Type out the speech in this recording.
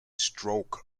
stroke